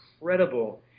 incredible